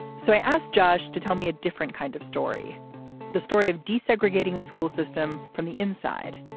so i asked josh to tell me a different kind of story the story of desegregating a school system from the inside.